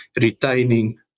retaining